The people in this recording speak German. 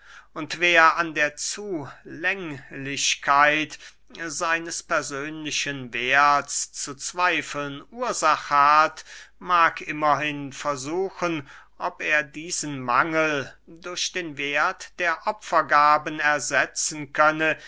und wer an der zulänglichkeit seines persönlichen werths zu zweifeln ursache hat mag immerhin versuchen ob er diesen mangel durch den werth der opfergaben ersetzen könne